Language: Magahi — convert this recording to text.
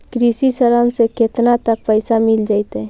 कृषि ऋण से केतना तक पैसा मिल जइतै?